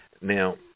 Now